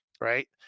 right